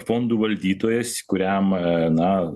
fondų valdytojas kuriam na